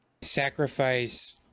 sacrifice